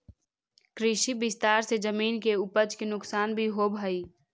कृषि विस्तार से जमीन के उपज के नुकसान भी होवऽ हई